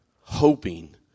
hoping